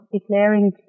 declaring